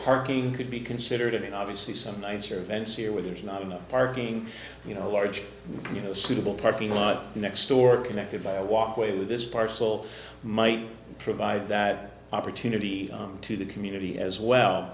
parking could be considered and obviously some nights are vents here where there's not enough parking you know a large you know suitable parking lot next door connected by a walkway to this parcel might provide that opportunity to the community as well